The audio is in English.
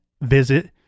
visit